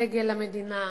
דגל למדינה,